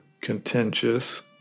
contentious